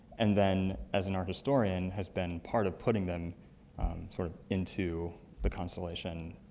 and then as an art historian, has been part of putting them sort of into the constellation,